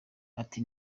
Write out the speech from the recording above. ati